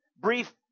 brief